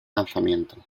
lanzamiento